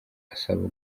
asaba